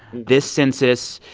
this census,